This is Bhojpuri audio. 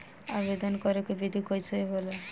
आवेदन करे के विधि कइसे होला?